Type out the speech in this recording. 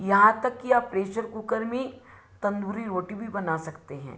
यहाँ तक कि आप प्रेशर कुकर में तंदूरी रोटी भी बना सकते हैं